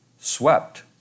swept